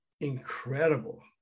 incredible